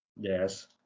Yes